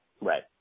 Right